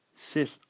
sit